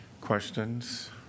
questions